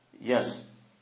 yes